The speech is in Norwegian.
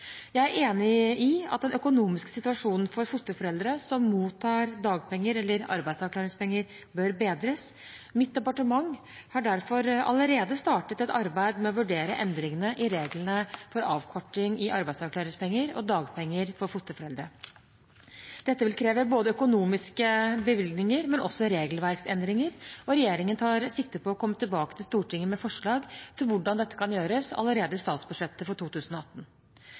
Jeg er enig i at den økonomiske situasjonen for fosterforeldre som mottar dagpenger eller arbeidsavklaringspenger, bør bedres. Mitt departement har derfor allerede startet et arbeid med å vurdere endringer i reglene om avkorting i arbeidsavklaringspenger og dagpenger for fosterforeldre. Dette vil kreve både økonomiske bevilgninger og regelverksendringer. Regjeringen tar sikte på å komme tilbake til Stortinget med forslag til hvordan dette kan gjøres, allerede i statsbudsjettet for 2018.